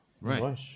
Right